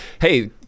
Hey